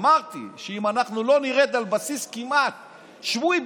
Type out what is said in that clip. אמרתי שאם אנחנו לא נרד על בסיס כמעט שבועי,